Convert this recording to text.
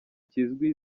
kizwi